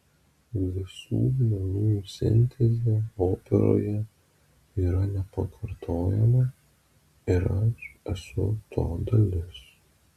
visų menų sintezė operoje yra nepakartojama ir aš esu to dalis